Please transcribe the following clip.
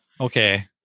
Okay